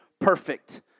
perfect